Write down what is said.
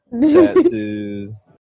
tattoos